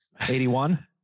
81